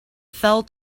fell